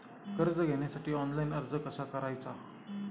कर्ज घेण्यासाठी ऑनलाइन अर्ज कसा करायचा?